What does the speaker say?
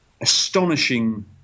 astonishing